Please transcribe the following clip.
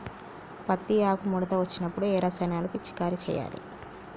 పత్తి ఆకు ముడత వచ్చినప్పుడు ఏ రసాయనాలు పిచికారీ చేయాలి?